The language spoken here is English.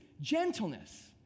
gentleness